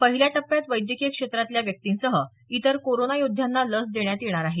पहिल्या टप्प्यात वैद्यकीय क्षेत्रातल्या व्यक्तिंसह इतर कोरोना योद्ध्यांना लस देण्यात येणार आहे